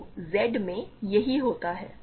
तो Z में यही होता है